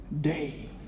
day